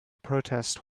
protest